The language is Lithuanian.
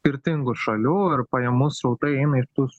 skirtingų šalių ir pajamų srautai eina ir tų